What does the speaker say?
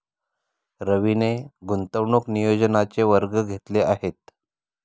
रवीने गुंतवणूक नियोजनाचे वर्ग घेतले आहेत